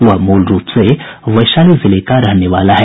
वह मूल रूप से वैशाली जिले का रहने वाला है